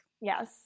Yes